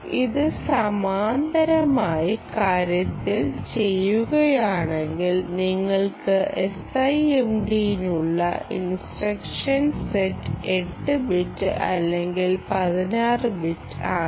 ഇത് സമാന്തരമായി കാര്യങ്ങൾ ചെയ്യുകയാണെങ്കിൽ നിങ്ങൾക്ക് SIMD നുള്ള ഇൻസ്ട്രക്ഷൻ സെറ്റ് 8 ബിറ്റ് അല്ലെങ്കിൽ 16 ബിറ്റ് ആകാം